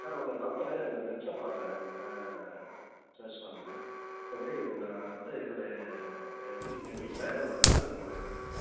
sir உங்கள் number இந்த நெட்டில் பார்த்தேன் சர்ச் பண்ணிணேன் நான் வந்து என்னுடைய வீட் என் வீட்டில் ஒரு நாய் ஒன்று வளர்க்குறேன் சார்